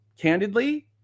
candidly